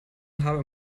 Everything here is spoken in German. haben